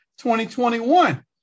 2021